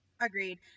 Agreed